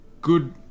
Good